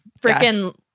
freaking